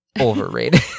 overrated